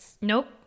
Nope